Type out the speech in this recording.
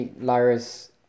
Lyra's